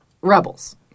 rebels